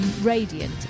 radiant